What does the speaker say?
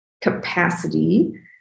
capacity